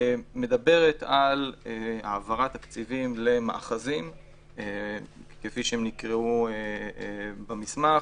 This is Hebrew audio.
מדברת על העברת תקציבים למאחזים כפי שהם נקראו במסמך